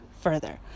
further